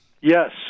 Yes